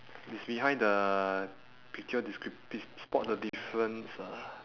it's behind the picture descript~ pis~ spot the difference ah